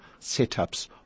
setups